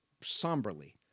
somberly